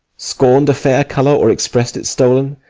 scorn'd a fair colour or express'd it stol'n,